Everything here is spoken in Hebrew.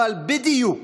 אבל בדיוק,